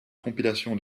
compilation